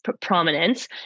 prominence